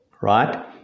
right